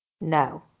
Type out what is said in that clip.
no